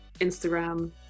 instagram